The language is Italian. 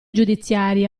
giudiziari